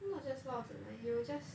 not just 落子 you will just